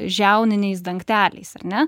žiauniniais dangteliais ar ne